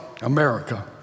America